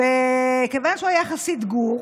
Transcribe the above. ומכיוון שהוא היה חסיד גור